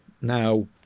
Now